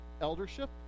eldership